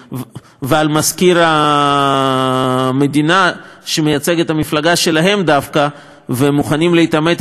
מזכיר המדינה שמייצג את המפלגה שלהם דווקא ומוכנים להתעמת אתם חזיתית.